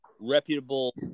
reputable